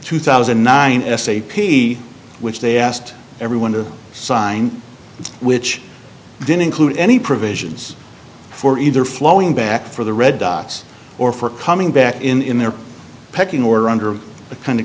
two thousand and nine s a p which they asked everyone to sign which didn't include any provisions for either flowing back for the red dots or for coming back in their pecking order under the kind of